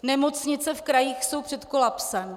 Nemocnice v krajích jsou před kolapsem.